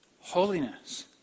holiness